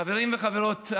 חברים וחברות,